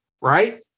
right